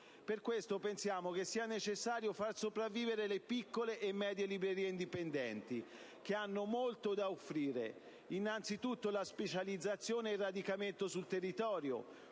Per questo pensiamo che sia necessario far sopravvivere le piccole e medie librerie indipendenti, che hanno molto da offrire: innanzitutto la specializzazione e il radicamento sul territorio,